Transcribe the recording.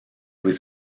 was